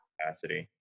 capacity